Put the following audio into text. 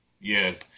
Yes